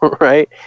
right